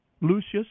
Lucius